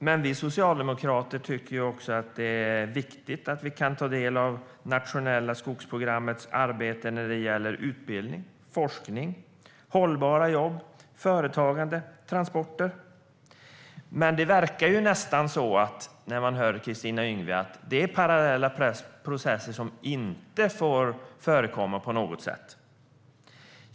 Men vi socialdemokrater tycker också att det är viktigt att kunna ta del av nationella skogsprogrammets arbete för utbildning, forskning, hållbara jobb, företagande och transporter. När man hör på Kristina Yngwe verkar det nästan som att detta är parallella processer som inte på något sätt får förekomma.